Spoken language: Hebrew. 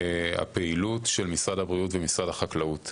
הפעילות של משרד הבריאות ומשרד החקלאות.